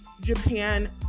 Japan